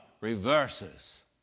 reverses